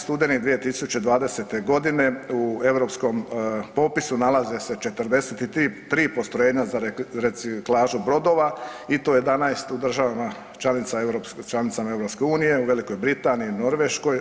Studeni 2020. godine u europskom popisu nalaze se 43 postrojenja za reciklažu brodova i to 11 u državama članicama EU, u Velikoj Britaniji, Norveškoj.